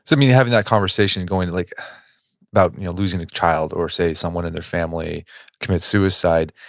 so mean having that conversation going like about losing a child, or say someone in their family committed suicide,